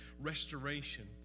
restoration